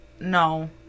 no